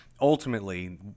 ultimately